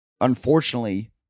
unfortunately